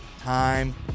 time